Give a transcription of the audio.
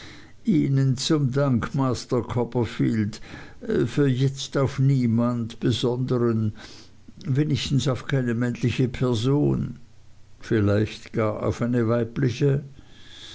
ihnen zum dank master copperfield für jetzt auf niemand besondern wenigstens auf keine männliche person vielleicht gar auf eine weibliche